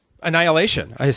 annihilation